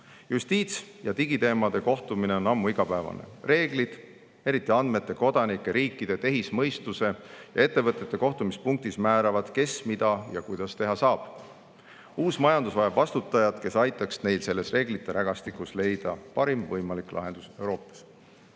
Justiits‑ ja digiteemade kohtumine on ammu igapäevane. Reeglid, eriti andmete, kodanike, riikide, tehismõistuse ja ettevõtete kohtumispunktis, määravad, kes mida ja kuidas teha saab. Uus majandus vajab vastutajat, kes aitaks selles reeglite rägastikus leida parim võimalik lahendus Euroopas.